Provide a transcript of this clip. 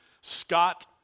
Scott